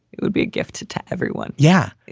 it would be a gift to to everyone. yeah.